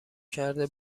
کرده